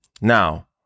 now